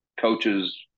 coaches